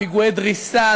פיגועי דריסה,